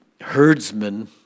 herdsman